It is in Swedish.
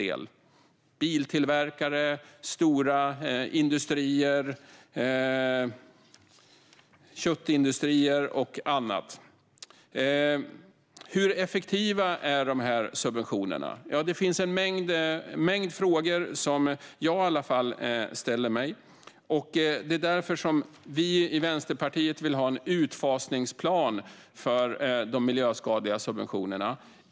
Det skulle kunna vara biltillverkare, stora industrier, köttindustri och annat. Hur effektiva är dessa subventioner? Det finns en mängd frågor som jag i alla fall ställer mig. Det är därför som vi i Vänsterpartiet vill ha en utfasningsplan för de miljöskadliga subventionerna.